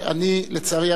לצערי הרב,